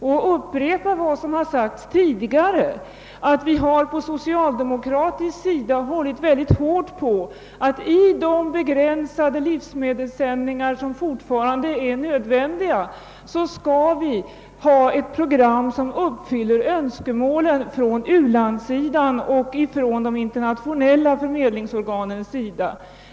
Jag vill upprepa vad som har sagts tidigare, att vi på socialdemokratisk sida har hållit synnerligen hårt på att vi i de begränsade livsmedelssändningar som fortfarande är nödvändiga skall ha ett program som uppfyller önskemålen från u-landssidan och från de internationella förmedlingsorganens sida.